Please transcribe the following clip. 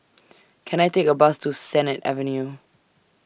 Can I Take A Bus to Sennett Avenue